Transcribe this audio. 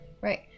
Right